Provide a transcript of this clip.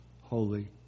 holy